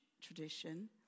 tradition